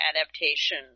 adaptation